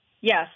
Yes